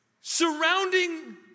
Surrounding